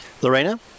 lorena